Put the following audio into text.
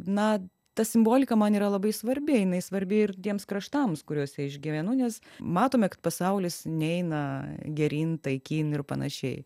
na ta simbolika man yra labai svarbi jinai svarbi ir tiems kraštams kuriuose aš gyvenu nes matome kad pasaulis neina geryn taikyn ir panašiai